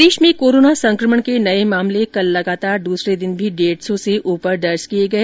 प्रदेश में कोरोना संकमण के नए मामले कल लगातार दूसरे दिन भी डेढ़ सौ से ऊपर दर्ज किए गए